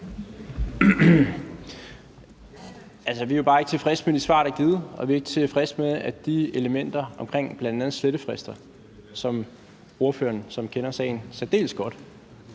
bare ikke tilfredse med de svar, der er givet, og vi er ikke tilfredse med, at de elementer omkring bl.a. slettefrister, som ordføreren, der kender sagen en særdeles godt,